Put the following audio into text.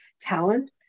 talent